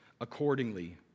accordingly